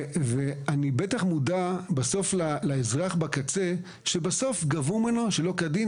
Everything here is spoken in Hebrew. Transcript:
ואני בטח מודע בסוף לאזרח בקצה שגבו ממנו שלא כדין,